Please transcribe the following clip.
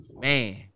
man